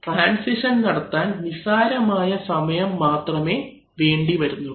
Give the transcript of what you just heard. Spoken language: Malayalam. ട്രാൻസിഷൻ നടത്താൻ നിസ്സാരമായ സമയം മാത്രമേ വേണ്ടി വരുന്നുള്ളൂ